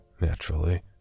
naturally